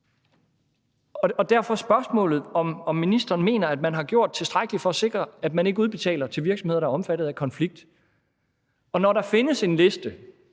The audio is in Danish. Derfor spørgsmålet, om ministeren mener, at man har gjort tilstrækkeligt for at sikre, at man ikke udbetaler til virksomheder, der er omfattet af konflikt. Når der findes en liste